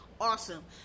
awesome